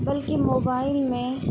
بلکہ موبائل میں